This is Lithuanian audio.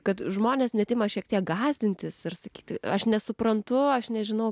kad žmonės net ima šiek tiek gąsdintis ir sakyti aš nesuprantu aš nežinau